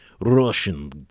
Russian